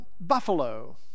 buffalo